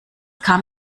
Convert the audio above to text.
kam